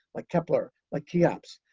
like kepler, like cheops.